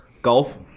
Golf